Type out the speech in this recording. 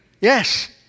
yes